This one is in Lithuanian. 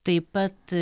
taip pat